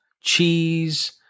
cheese